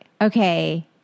okay